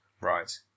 Right